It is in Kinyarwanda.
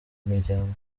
imiryango